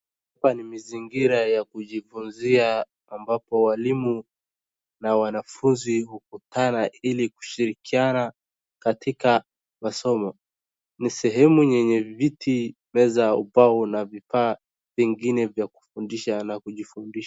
Hapa ni mizingira ya kujifunzia ambapo walimu na wanafunzi hukutana ili kushirikiana katika masomo ni sehemu nyenye viti, meza, ubao na vifaa vingine vya kufundisha na kujifundisha.